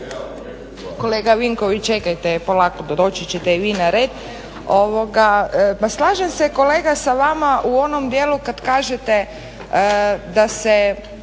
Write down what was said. Kolega Vinković čekajte, polako pa doći ćete i vi na red. Pa slažem se kolega sa vama u onom dijelu kad kažete da je